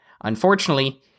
unfortunately